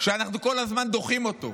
אנחנו כל הזמן דוחים אותו,